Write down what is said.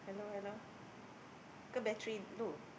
hello hello ke battery low